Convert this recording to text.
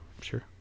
sure